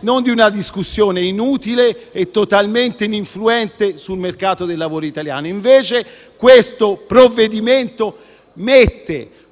non di una discussione inutile e totalmente ininfluente sul mercato del lavoro italiano. Invece questo provvedimento